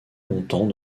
longtemps